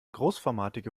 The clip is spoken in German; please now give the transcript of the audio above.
großformatige